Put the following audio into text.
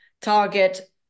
target